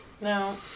no